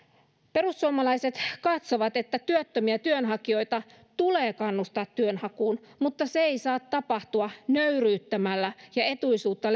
perussuomalaiset katsovat että työttömiä työnhakijoita tulee kannustaa työnhakuun mutta se ei saa tapahtua nöyryyttämällä ja etuisuutta